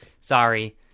Sorry